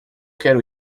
quero